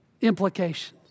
implications